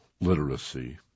literacy